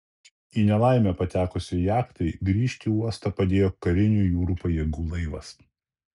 į nelaimę patekusiai jachtai grįžti į uostą padėjo karinių jūrų pajėgų laivas